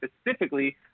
specifically